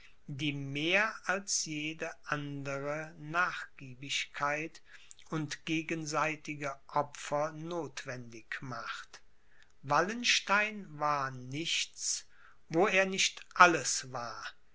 die mehr als jede andere nachgiebigkeit und gegenseitige opfer nothwendig macht wallenstein war nichts wo er nicht alles war